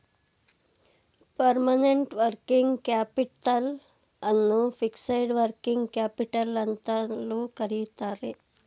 permanent working capital ಅನ್ನು fixed working capital ಅಂತಲೂ ಕರಿತರೆ